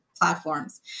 platforms